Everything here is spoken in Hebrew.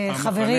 חברים.